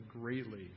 greatly